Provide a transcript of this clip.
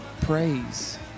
praise